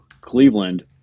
Cleveland